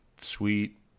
sweet